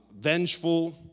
vengeful